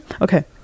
Okay